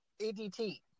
ADT